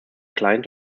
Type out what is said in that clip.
client